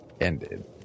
ended